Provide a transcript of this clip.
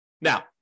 Now